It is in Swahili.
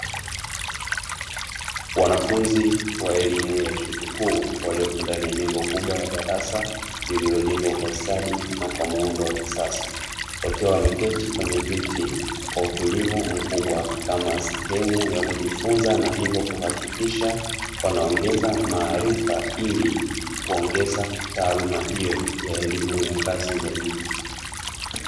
Wanafunzi wa elimu ya chuo kikuu waliopo ndani ya jengo kubwa la darasa lililojengwa kwa ustadi na kwa muundo wa kisasa, wakiwa wameketi kwenye viti kwa utulivu mkubwa kama sehemu ya kujifunza na hivyo kuhakikisha wanaongeza maarifa ili kuongeza taaluma hiyo ya elimu ya ngazi za juu.